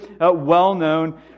well-known